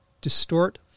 distort